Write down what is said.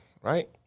right